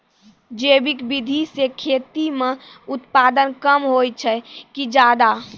जैविक विधि से खेती म उत्पादन कम होय छै कि ज्यादा?